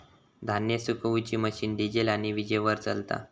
धान्य सुखवुची machine diesel आणि वीजेवर चलता